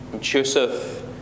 Joseph